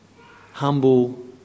humble